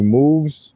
moves